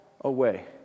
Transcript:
away